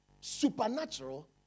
supernatural